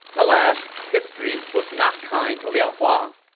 alas, history was not kind to liao hua.